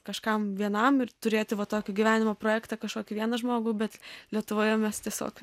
kažkam vienam ir turėti va tokį gyvenimo projektą kažkokį vieną žmogų bet lietuvoje mes tiesiog